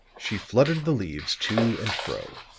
she fluttered the leaves to and fro.